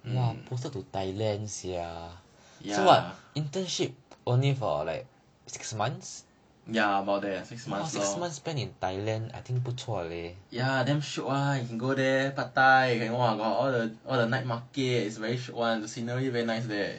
um ya ya about there six months lor ya damn shiok ah you can go there pad thai you can !wah! all the all the night market very shiok [one] the scenery very nice there